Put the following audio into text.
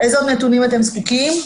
לאיזה עוד נתונים אתם זקוקים?